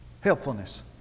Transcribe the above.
Helpfulness